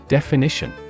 Definition